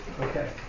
Okay